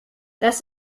das